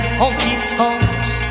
honky-tonks